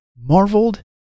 marveled